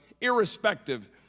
irrespective